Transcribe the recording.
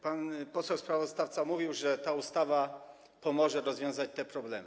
Pan poseł sprawozdawca mówił, że ta ustawa pomoże rozwiązać te problemy.